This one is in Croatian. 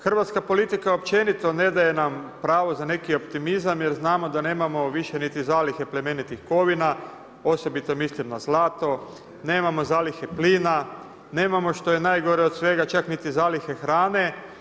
Hrvatska politika općenito ne daje nam pravo za neki optimizam, jer znamo da nemamo više niti zalihe plemenitih kovina, osobito mislim na zlato, nemamo zalihe plina, nemamo što je najgore od svega čak niti zalihe hrane.